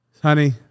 honey